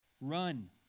run